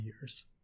years